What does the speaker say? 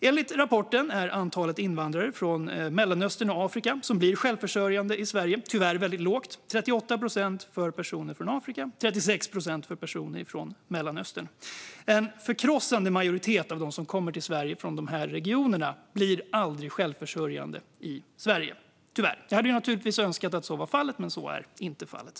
Enligt rapporten är antalet invandrare från Mellanöstern och Afrika som blir självförsörjande i Sverige tyvärr väldigt litet: 38 procent för personer från Afrika och 36 procent för personer från Mellanöstern. En förkrossande majoritet av dem som kommer till Sverige från dessa regioner blir tyvärr aldrig självförsörjande i Sverige. Jag hade naturligtvis önskat att så var fallet, men så är inte fallet.